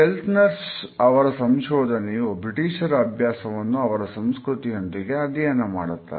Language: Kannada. ಕೆಲ್ಟ್ನರ್ಸ್ ಅವರ ಸಂಶೋಧನೆಯು ಬ್ರಿಟಿಷರ ಅಭ್ಯಾಸವನ್ನು ಅವರ ಸಂಸ್ಕೃತಿಯೊಂದಿಗೆ ಅಧ್ಯಯನ ಮಾಡುತ್ತದೆ